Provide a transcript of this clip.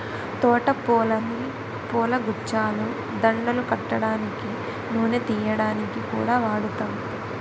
తోట పూలని పూలగుచ్చాలు, దండలు కట్టడానికి, నూనె తియ్యడానికి కూడా వాడుతాం